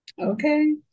Okay